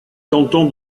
canton